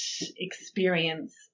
experience